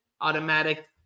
automatic